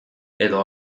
edo